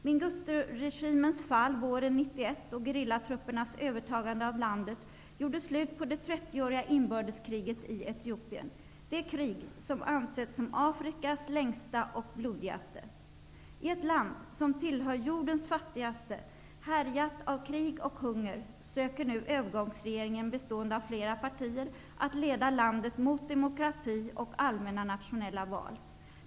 Menghisturegimens fall våren 1991 och gerillatruppernas övertagande av landet gjorde slut på det trettioåriga inbördeskriget i Etiopien, det krig som ansetts som Afrikas längsta och blodigaste. I ett land som tillhör jordens fattigaste, härjat av krig och hunger, söker nu övergångsregeringen, bestående av flera partier, leda landet mot demokrati och allmänna nationella val.